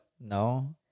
No